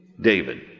David